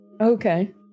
Okay